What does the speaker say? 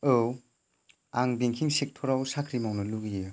औ आं banking sector आव साख्रि मावनो लुबैयो